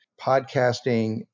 podcasting